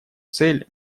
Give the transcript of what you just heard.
цель